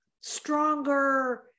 stronger